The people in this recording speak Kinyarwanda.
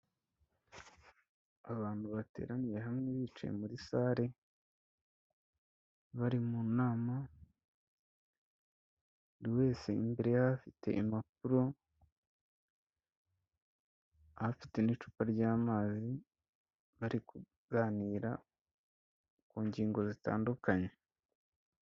Abantu bateraniye hamwe bicaye muri sale, bari mu nama buri wese imbere ye ahafite impapuro, ahafite n'icupa ry'amazi bari kuganira ku ngingo zitandukanye.